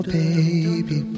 baby